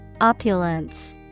Opulence